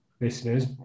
listeners